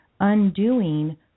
undoing